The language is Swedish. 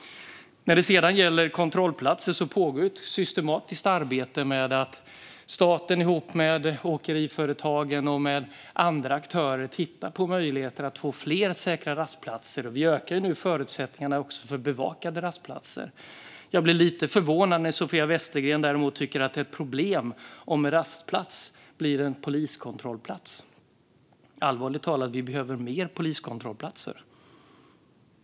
När det sedan gäller kontrollplatser pågår ett systematiskt arbete där staten tillsammans med åkeriföretagen och med andra aktörer tittar på möjligheter att få fler säkra rastplatser. Vi ökar nu också förutsättningarna för bevakade rastplatser. Jag blir lite förvånad när Sofia Westergren däremot tycker att det är ett problem om en rastplats blir en poliskontrollplats. Allvarligt talat behöver vi fler poliskontrollplatser.